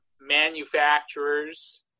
manufacturers